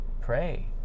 pray